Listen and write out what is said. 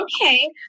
Okay